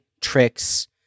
tricks